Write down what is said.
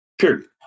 Period